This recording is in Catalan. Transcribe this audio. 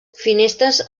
finestres